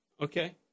Okay